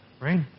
right